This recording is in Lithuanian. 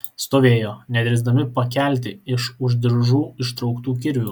stovėjo nedrįsdami pakelti iš už diržų ištrauktų kirvių